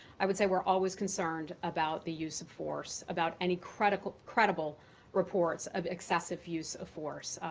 i would say we're always concerned about the use of force, about any credible credible reports of excessive use of force.